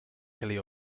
hilly